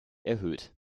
erhöht